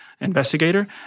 investigator